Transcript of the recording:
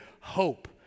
hope